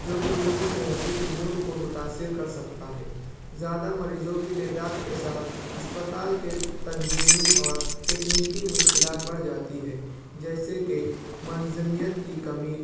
جو کہ ان کی صحتی امور کو متاثر کر سکتا ہے زیادہ مریضوں کی تعداد کے ساتھ اسپتال کے تنظیمی اور تکنیکی مشکلات بڑھ جاتی ہے جیسے کہ منظمیت کی کمی